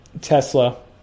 tesla